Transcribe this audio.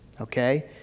okay